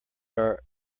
are